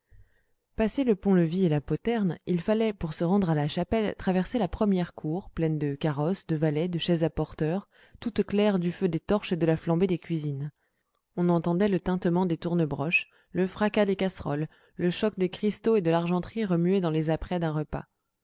passé le pont-levis et la poterne il fallait pour se rendre à la chapelle traverser la première cour pleine de carrosses de valets de chaises à porteurs toute claire du feu des torches et de la flambée des cuisines on entendait le tintement des tournebroches le fracas des casseroles le choc des cristaux et de l'argenterie remués dans les apprêts d'un repas